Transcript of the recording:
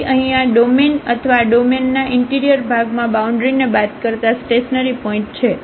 તેથી અહીં આ ડોમેન અથવા આ ડોમેનના ઇન્ટિરિયર ભાગમાં બાઉન્ડ્રીને બાદ કરતા સ્ટેશનરીપોઇન્ટ છે